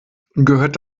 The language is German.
gehört